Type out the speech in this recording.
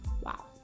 Wow